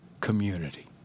community